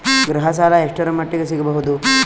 ಗೃಹ ಸಾಲ ಎಷ್ಟರ ಮಟ್ಟಿಗ ಸಿಗಬಹುದು?